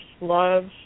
love